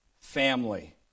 family